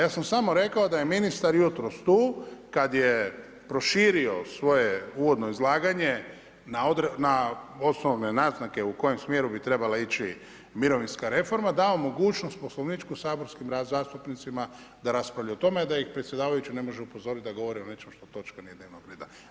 Ja sam samo rekao da je ministar jutros tu kada je proširio svoje uvodno izlaganje na osnovne naznake u kojem smjeru bi trebala ići mirovinska reforma dao mogućnost poslovničku saborskim zastupnicima da raspravljaju o tome da ih predsjedavajući ne može upozoriti da govore o nečemu što točka nije dnevnog reda.